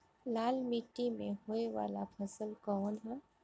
लाल मीट्टी में होए वाला फसल कउन ह?